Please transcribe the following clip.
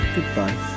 Goodbye